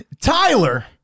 Tyler